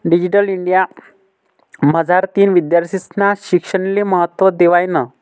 digital India मझारतीन विद्यार्थीस्ना शिक्षणले महत्त्व देवायनं